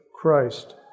Christ